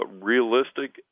Realistic